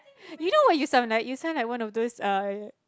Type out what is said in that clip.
you know what you sound like you sound like one of those uh